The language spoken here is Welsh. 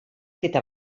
gyda